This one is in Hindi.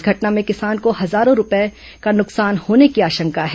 इस घटना में किसान को हजारों रूपये का नुकसान होने की आशंका है